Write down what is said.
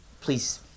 please